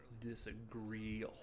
disagree